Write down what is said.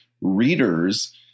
readers